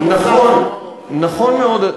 נכון מאוד,